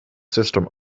system